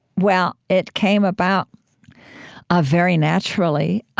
well, it came about ah very naturally.